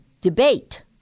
debate